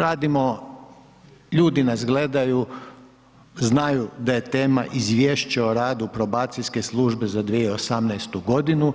Radimo, ljudi nas gledaju, znaju da je tema Izvješće o radu probacijske službe za 2018. g.